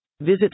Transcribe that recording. Visit